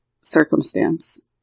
circumstance